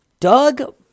Doug